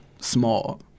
Small